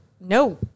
no